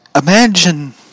Imagine